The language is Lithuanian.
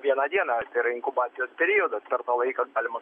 vieną dieną tai yra inkubacijos periodas per tą laiką galima